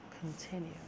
continue